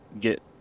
get